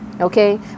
okay